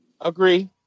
Agree